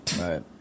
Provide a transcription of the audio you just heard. Right